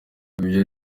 ibyo